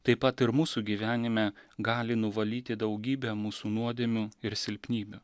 taip pat ir mūsų gyvenime gali nuvalyti daugybę mūsų nuodėmių ir silpnybių